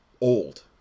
old